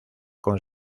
con